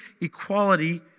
equality